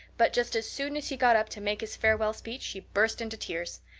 but just as soon as he got up to make his farewell speech she burst into tears.